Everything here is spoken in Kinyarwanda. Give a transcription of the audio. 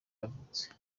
yavutse